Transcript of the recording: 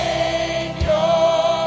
Savior